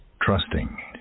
trusting